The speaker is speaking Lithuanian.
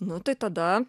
nu tai tada